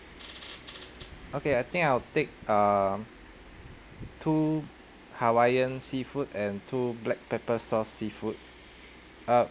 okay I think I'll take um two hawaiian seafood and two black pepper sauce seafood uh